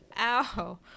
Ow